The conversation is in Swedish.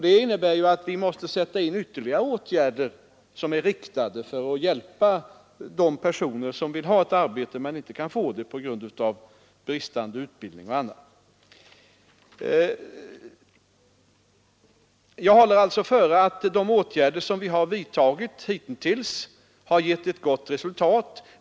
Det innebär att vi måste sätta in ytterligare åtgärder som är riktade att hjälpa de personer som vill ha ett arbete men inte kan få det på grund av bristande utbildning eller av andra skäl. Jag håller alltså före att de åtgärder som vi vidtagit hitintills har gett ett gott resultat.